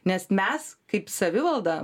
nes mes kaip savivalda